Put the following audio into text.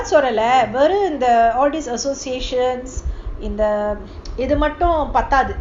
சொல்லலவெறும்இந்த:sollala verum indha all these associations in the இதுமட்டும்பத்தாது:idhu mattum pathathu